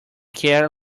care